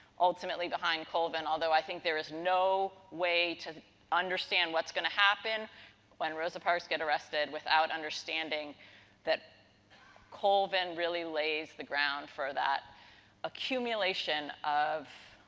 ultimately behind colvin. although, i think there is no way to understand what's going to happen when rosa parks get arrested without understanding that colvin really lays the ground for that accumulation of